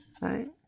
right